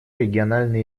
региональные